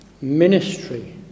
ministry